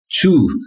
two